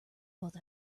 both